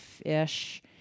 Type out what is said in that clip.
ish